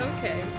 Okay